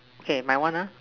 okay my one lah